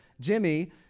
Jimmy